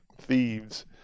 thieves